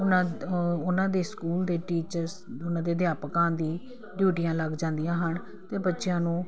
ਉਹਨਾਂ ਉਹਨਾਂ ਦੇ ਸਕੂਲ ਦੇ ਟੀਚਰ ਉਹਨਾਂ ਦੇ ਅਧਿਆਪਕਾਂ ਦੀ ਡਿਊਟੀਆਂ ਲੱਗ ਜਾਂਦੀਆਂ ਹਨ ਤੇ ਬੱਚਿਆਂ ਨੂੰ